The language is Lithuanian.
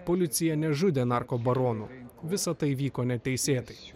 policija nežudė narko baronų visa tai vyko neteisėtai